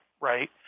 right